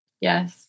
Yes